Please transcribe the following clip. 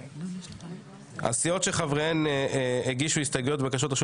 הסיעות שחבריהן הגישו הסתייגויות ובקשות רשות